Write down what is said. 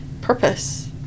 purpose